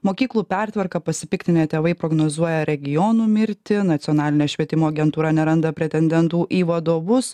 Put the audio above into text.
mokyklų pertvarka pasipiktinę tėvai prognozuoja regionų mirtį nacionalinė švietimo agentūra neranda pretendentų į vadovus